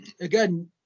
Again